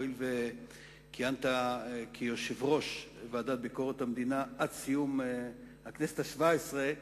הואיל וכיהנת כיושב-ראש ועדת ביקורת המדינה עד סיום הכנסת השבע-עשרה,